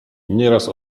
nieraz